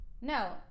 no